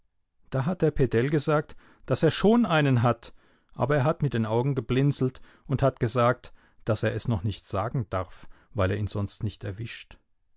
da hat der pedell gesagt daß er schon einen hat aber er hat mit den augen geblinzelt und hat gesagt daß er es noch nicht sagen darf weil er ihn sonst nicht erwischt